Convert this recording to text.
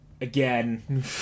Again